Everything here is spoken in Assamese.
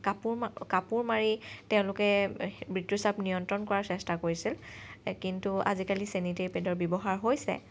কাপোৰ মাৰি কাপোৰ মাৰি তেওঁলোকে ঋতুস্ৰাৱ নিয়ন্ত্ৰণ কৰাৰ চেষ্টা কৰিছিল কিন্তু আজিকালি চেনিটেৰি পেডৰ ব্যৱহাৰ হৈছে